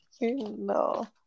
No